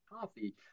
coffee